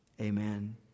Amen